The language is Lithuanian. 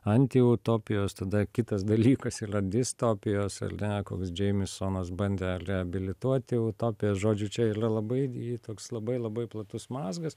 antiutopijos tada kitas dalykas ylia distopijos al ne koks džeimis sonas bandė reabilituoti utopiją žodžiu čia yra labai i toks labai labai platus mazgas